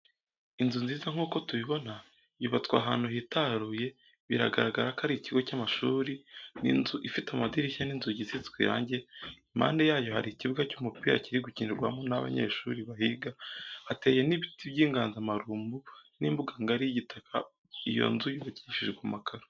Inzu nziza nkuko tubibona yubatswe ahanu hitaruye biragarako Ari ikigo cyamashuri ninzu ifite amadirishya ninzugi isinzwe irange imande yayo hari ikibuga cyumupira kirigukinirwamo naba Nyeshuri bahiga hateye nibiti byinganzamarumbu nimbuga ngari yigitaka uyonzu yubakishijwe amakaro